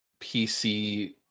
pc